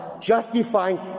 justifying